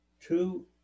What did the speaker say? two